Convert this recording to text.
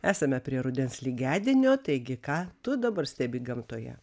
esame prie rudens lygiadienio taigi ką tu dabar stebi gamtoje